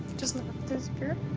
just not this year?